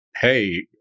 hey